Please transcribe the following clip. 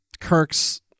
kirk's